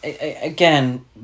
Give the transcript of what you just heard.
Again